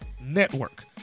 network